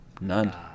none